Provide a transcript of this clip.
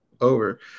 over